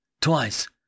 twice